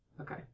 Okay